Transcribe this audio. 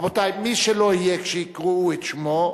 רבותי, מי שלא יהיה כשיקראו את שמו,